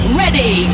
ready